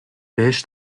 بهش